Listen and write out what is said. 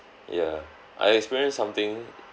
ya I experienced something